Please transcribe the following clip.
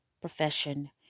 profession